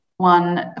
one